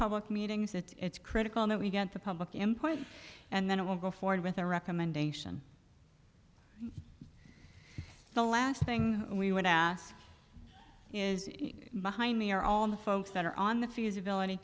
public meetings it's critical that we get the public important and then it will go forward with a recommendation the last thing we would ask is behind me or all the folks that are on the feasibility